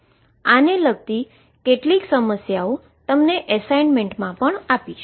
આને લગતી કેટલીક સમસ્યાઓ તમને એસાઈનમેંટ મા પણ આપીશ